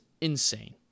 insane